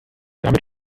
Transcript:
damit